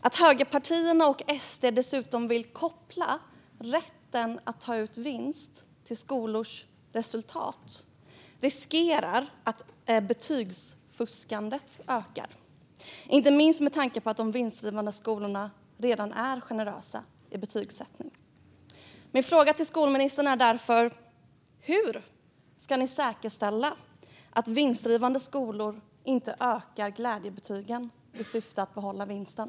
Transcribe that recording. Att högerpartierna och SD dessutom vill koppla rätten att ta ut vinst till skolors resultat riskerar att leda till att betygsfusket ökar, inte minst med tanke på att de vinstdrivande skolorna redan är generösa i sin betygsättning. Min fråga till skolministern är därför: Hur ska ni säkerställa att vinstdrivande skolor inte ökar andelen glädjebetyg i syfte att behålla vinsten?